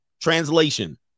translation